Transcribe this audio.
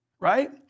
right